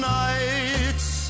nights